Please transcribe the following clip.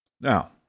Now